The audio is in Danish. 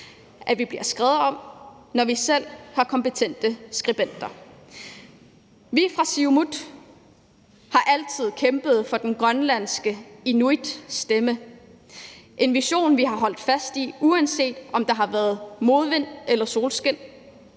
at vi bliver skrevet om, når vi selv har kompetente skribenter. Vi fra Siumut har altid kæmpet for den grønlandske inuits stemme – en vision, vi har holdt fast i, uanset om der har været modvind eller solskin.